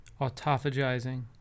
autophagizing